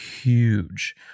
huge